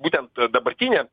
būtent dabartinė